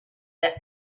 that